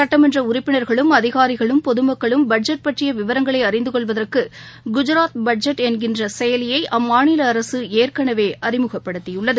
சுட்டமன்ற உறுப்பினா்களும் அதிகாரிகளும் பொதுமக்களும் பட்ஜெட் பற்றிய விவரங்களை அழிநது கொள்வதற்கு குஜராத் பட்ஜெட் என்கிற செயலியை அம்மாநில அரசு ஏற்கனவே அறிமுகப்படுத்தியது